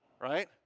right